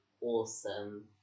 awesome